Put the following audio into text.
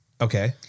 Okay